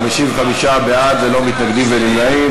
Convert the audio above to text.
55 בעד, ללא מתנגדים ונמנעים.